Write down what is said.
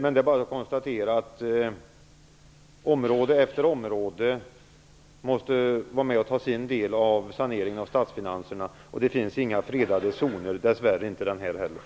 Det är bara att konstatera att område efter område måste vara med och ta sin del av saneringen av statsfinanserna. Det finns inga fredade zoner, dessvärre inte heller den här.